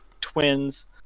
Twins